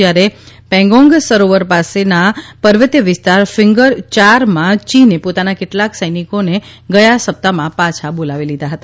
જ્યારે પેગોંગ સરોવર પાસેના પર્વતીય વિસ્તાર ફિંગર ચારમાં ચીને પોતાના કેટલાંક સૈનિકોને ગયા સપ્તાહમાં પાછા બોલાવી લીધા હતા